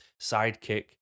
sidekick